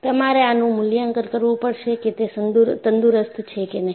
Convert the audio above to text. તમારે આનું મૂલ્યાંકન કરવું પડશે કે તે તંદુરસ્ત છે કે નહીં